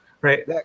Right